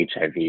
HIV